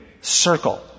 circle